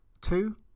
Two